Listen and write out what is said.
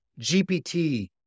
GPT